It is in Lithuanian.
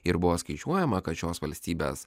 ir buvo skaičiuojama kad šios valstybės